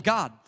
God